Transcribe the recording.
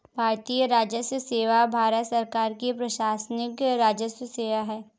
भारतीय राजस्व सेवा भारत सरकार की प्रशासनिक राजस्व सेवा है